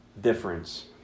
difference